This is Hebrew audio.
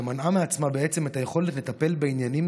ומנעה מעצמה בעצם את היכולת לטפל בעניינים